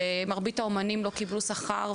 שמרבית האומנים לא קיבלו שכר,